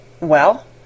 Well